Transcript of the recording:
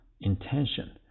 intention